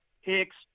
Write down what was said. Hicks